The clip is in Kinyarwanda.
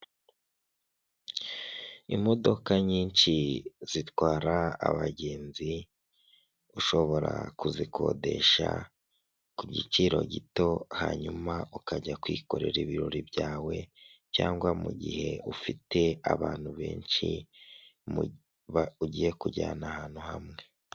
Tengamara na tiveya twongeye kubatengamaza, ishimwe kuri tiveya ryongeye gutangwa ni nyuma y'ubugenzuzi isuzuma n'ibikorwa byo kugaruza umusoro byakozwe dukomeje gusaba ibiyamu niba utariyandikisha kanda kannyeri maganainani urwego ukurikiza amabwiriza nibayandikishije zirikana fatire ya ibiyemu no kwandikisha nimero yawe ya telefone itanga n amakuru.